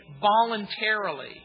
voluntarily